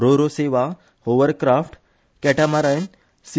रो ro सेवा hovercraft catamaran सि